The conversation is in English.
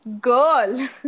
girl